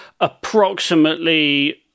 approximately